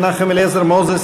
מנחם אליעזר מוזס,